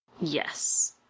Yes